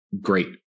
great